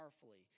powerfully